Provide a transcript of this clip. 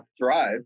drive